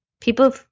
people